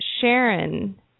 Sharon